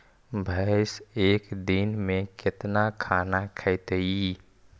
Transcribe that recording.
भैंस एक दिन में केतना खाना खैतई?